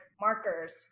markers